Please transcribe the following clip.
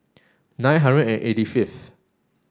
nine hundred and eighty fifth